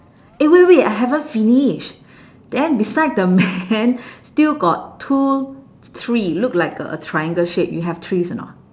eh wait wait I haven't finish then beside the man still got two tree look like a triangle shape you have trees or not